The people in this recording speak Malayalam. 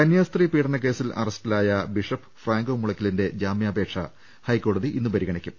കന്യാസ്ത്രീ ്രപീഡനക്കേസിൽ അറസ്റ്റിലായ ബിഷപ്പ് ഫ്രാങ്കോ മുളയ്ക്കലിന്റെ ജാമ്യാപേക്ഷ ഹൈക്കോടതി ഇന്ന് പരിഗണിക്കും